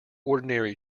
ordinary